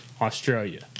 Australia